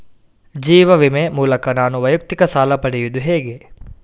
ಜೀವ ವಿಮೆ ಮೂಲಕ ನಾನು ವೈಯಕ್ತಿಕ ಸಾಲ ಪಡೆಯುದು ಹೇಗೆ?